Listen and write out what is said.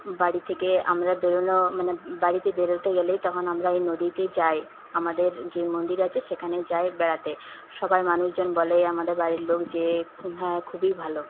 বাড়ি থেকে আমরা বেরোনো মানে বাড়ি থেকে বেরোতে গেলেই তখন আমরা এই নদীতে যাই আমাদের যে মন্দির আছে সেখানেই যাই বেড়াতে সবাই মানুষজন বলে আমাদের বাড়ির লোক যে হ্যাঁ খুবই ভালো